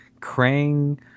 Krang